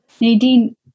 nadine